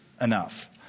enough